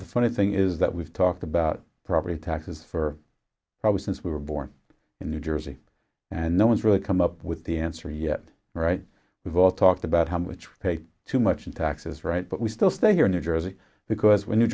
the funny thing is that we've talked about property taxes for probably since we were born in new jersey and no one's really come up with the answer yet right we've all talked about how much pay too much in taxes right but we still stay here in new jersey because when new